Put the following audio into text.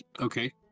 Okay